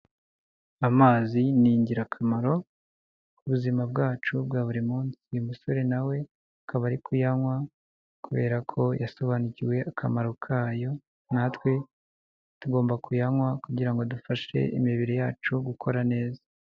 Amazi ni ingirakamaro ku buzima bwacu bwa buri munsi, uyu musore na we akaba ari kuyanywa kubera ko yasobanukiwe akamaro kayo, natwe tugomba kuyanywa kugira ngo dufashe imibiri yacu gukora neza.